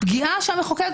פגיעה שהמחוקק